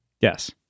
Yes